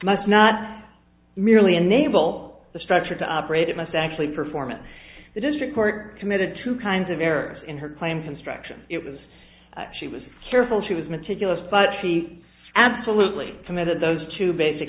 must not merely enable the structure to operate it must actually perform it the district court committed two kinds of errors in her claim constructions it was she was careful she was meticulous but she absolutely committed those two basic